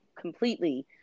completely